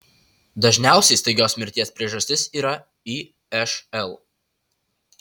dažniausia staigios mirties priežastis yra išl